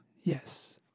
Yes